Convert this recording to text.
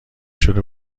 شده